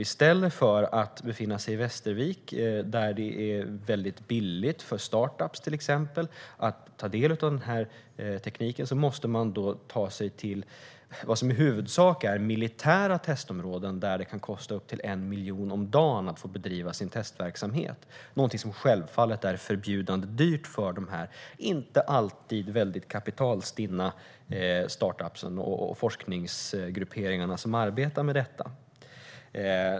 I stället för att befinna sig i Västervik, där det är billigt för till exempel startup-företag att ta del av den här tekniken, måste man då ta sig till vad som i huvudsak är militära testområden där det kan kosta upp till 1 miljon om dagen att få bedriva sin testverksamhet - någonting som självfallet är förbjudande dyrt för de här inte alltid kapitalstinna startup-företagen och forskningsgrupperingarna som arbetar med detta.